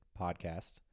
podcast